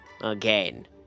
Again